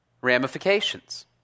ramifications